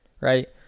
right